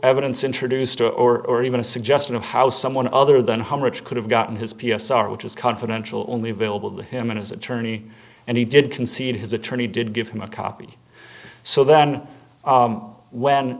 evidence introduced or even a suggestion of how someone other than one rich could have gotten his p s r which is confidential only available to him and his attorney and he did concede his attorney did give him a copy so then when